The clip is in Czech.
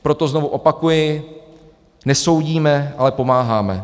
Proto znovu opakuji, nesoudíme, ale pomáháme.